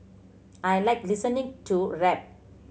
I like listening to rap